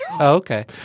Okay